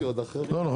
לא נכון,